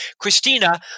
Christina